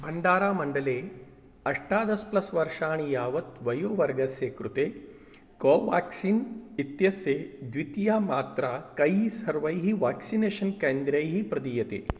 भण्डारामण्डले अष्टादशप्लस् वर्षाणि यावत् वयोवर्गस्य कृते कोवाक्सिन् इत्यस्य द्वितीया मात्रा कैः सर्वैः वाक्सिनेषन् केन्द्रैः प्रदीयते